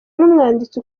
n’umwanditsi